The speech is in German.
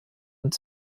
und